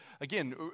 again